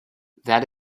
that